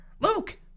Luke